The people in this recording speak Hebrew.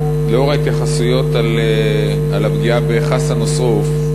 לנוכח ההתייחסויות לפגיעה בחסן אוסרוף,